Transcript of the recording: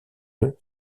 eux